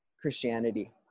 Christianity